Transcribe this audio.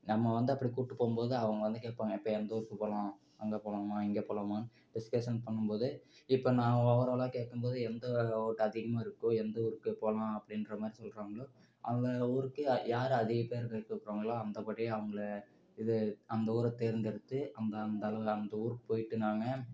நம்ம வந்து அப்படி கூப்பிட்டு போகும்போது அவங்க வந்து கேட்பாங்க இப்போ எந்த ஊருக்கு போகலாம் அங்கே போகலாமா இங்கே போகலாமா டிஸ்கஷன் பண்ணும்போது இப்போ நான் ஓவராலாக கேட்கும்போது எந்த ஊருக்கு அதிகமாக இருக்கோ எந்த ஊருக்கு போகலாம் அப்படின்ற மாதிரி சொல்கிறாங்களோ அந்த ஊருக்கு யா யார் அதிகப்பேர் விருப்பப்படுறாங்களோ அந்தப்படி அவங்களை இது அந்த ஊரை தேர்ந்தெடுத்து அந்த அந்தளவில் அந்த ஊருக்கு போய்ட்டு நாங்கள்